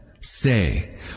Say